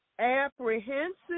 apprehensive